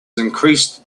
increased